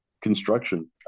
construction